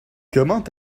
comment